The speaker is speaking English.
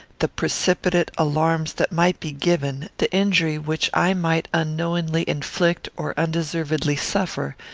the precipitate alarms that might be given, the injury which i might unknowingly inflict or undeservedly suffer,